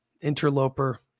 interloper